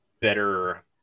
better